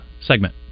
segment